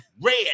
Red